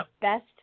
best